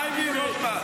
מה הביא רוטמן?